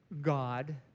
God